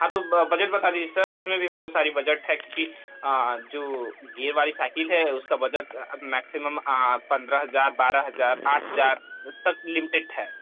हाँ तो ब बजेट बता दीजिए सर उसमें भी बहुत सारी बजेट है क्योंकि जो गे वाली साइकिल है उसका बजट अब म्याकसिमम आँ पंद्रह हजार बारह हजार आठ हजार तक लिमिटेड है